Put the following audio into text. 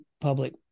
public